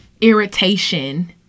irritation